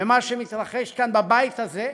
במה שמתרחש כאן בבית הזה.